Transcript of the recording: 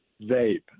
vape